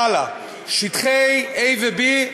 הלאה, שטחי A ו-B.